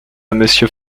monsieur